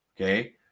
okay